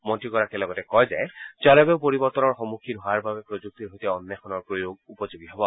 মন্ত্ৰীগৰাকীয়ে লগতে কয় যে জলবায়ু পৰিৱৰ্তনৰ সন্মুখীন হোৱাৰ বাবে প্ৰযুক্তিৰ সৈতে অন্বেষণৰ প্ৰয়োগ উপযোগী হব